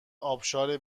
ابشار